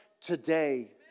today